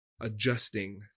adjusting